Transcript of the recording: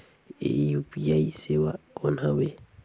ये यू.पी.आई सेवा कौन हवे?